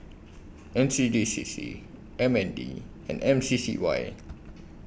N C D C C M N D and M C C Y